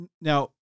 Now